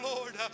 Lord